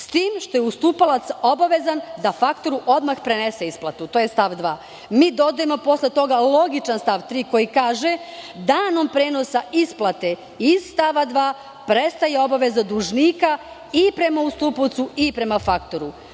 s tim što je ustupalac obavezan da faktoru odmah prenese isplatu". To je stav 2, a mi dodajemo posle toga logičan stav 3. koji kaže: "Danom prenosa isplate iz stava 2. prestaje obaveza dužnika i prema ustupaocu i prema faktoru".Znači,